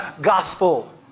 gospel